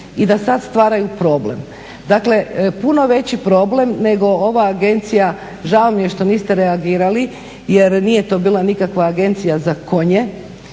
i da sad stvaraju problem. Dakle, puno veći problem nego ova agencija, žao mi je što niste reagirali jer nije to bila nikakva agencija za konje